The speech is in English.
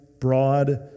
broad